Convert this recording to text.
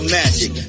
magic